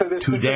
today